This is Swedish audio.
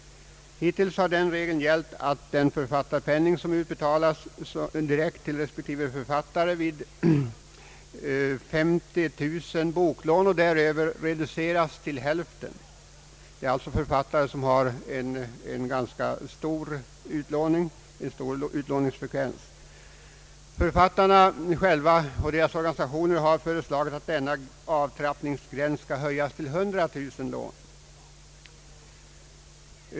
Hittills har den regeln gällt att den författarpenning som utbetalas direkt till respektive författare vid 50 000 boklån och däröver reduceras till hälften. Det gäller alltså författare vilkas verk har en ganska stor utlåningsfrekvens. Författarna själva och deras organisationer har föreslagit att denna avtrappningsgräns skall höjas till 100 000 lån.